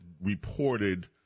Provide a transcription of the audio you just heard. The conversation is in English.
reported